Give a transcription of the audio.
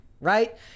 right